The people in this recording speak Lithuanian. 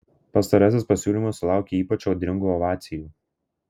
pastarasis pasiūlymas sulaukė ypač audringų ovacijų